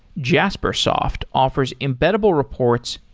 jaspersoft offers embeddable reports,